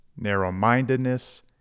narrow-mindedness